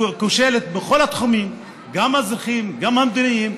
כושלת בכל התחומים, גם האזרחיים, גם המדיניים.